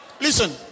Listen